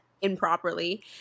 improperly